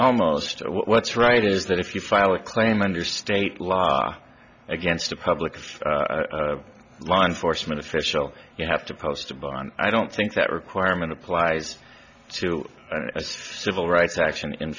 almost what's right is that if you file a claim under state law against a public law enforcement official you have to post a bond i don't think that requirement applies to civil rights action in